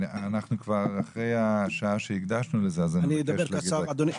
אנחנו כבר אחרי השעה שהקדשנו לזה אז אני מבקש להגיד בקצרה.